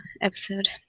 episode